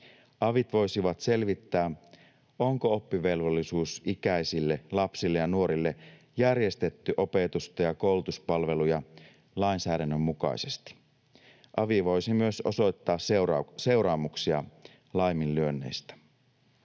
Avit voisivat selvittää, onko oppivelvollisuusikäisille lapsille ja nuorille järjestetty opetusta ja koulutuspalveluja lainsäädännön mukaisesti. Avi voisi myös osoittaa seuraamuksia laiminlyönneistä.